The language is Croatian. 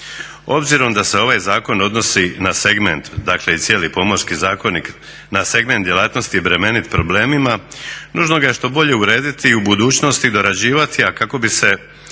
Obzirom da se ovaj zakon odnosi na segment dakle i cijeli Pomorski zakonik, na segment djelatnosti bremenit problemima, nužno ga je što bolje urediti u budućnosti dorađivati, a kako bi se